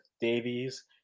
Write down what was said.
Davies